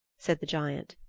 said the giant.